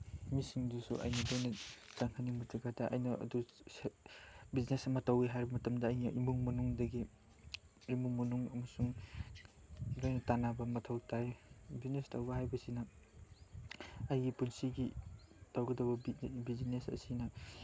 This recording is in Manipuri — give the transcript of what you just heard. ꯃꯤꯁꯤꯡꯗꯨꯁꯨ ꯑꯩꯅ ꯇꯣꯏꯅ ꯆꯪꯍꯟꯅꯤꯡꯕ ꯗꯔꯀꯥꯔ ꯇꯥꯏ ꯑꯩꯅ ꯑꯗꯨ ꯕꯤꯖꯤꯅꯦꯁ ꯑꯃ ꯇꯧꯒꯦ ꯍꯥꯏꯕ ꯃꯇꯝꯗ ꯑꯩꯒꯤ ꯏꯃꯨꯡ ꯃꯅꯨꯡꯗꯒꯤ ꯏꯃꯨꯡ ꯃꯅꯨꯡ ꯑꯃꯁꯨꯡ ꯂꯣꯏꯅ ꯇꯥꯟꯅꯕ ꯃꯊꯧ ꯇꯥꯏ ꯕꯤꯖꯤꯅꯦꯁ ꯇꯧꯕ ꯍꯥꯏꯕꯁꯤꯅ ꯑꯩꯒꯤ ꯄꯨꯟꯁꯤꯒꯤ ꯇꯧꯒꯗꯕ ꯕꯤꯖꯤꯅꯦꯁ ꯑꯁꯤꯅ